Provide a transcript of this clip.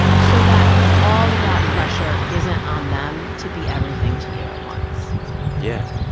so that all of that pressure isn't on them to be everything to you at once yeah.